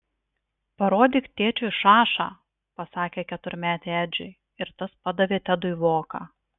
parodyk tėčiui šašą pasakė keturmetė edžiui ir tas padavė tedui voką